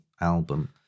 album